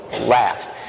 last